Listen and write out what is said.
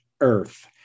Earth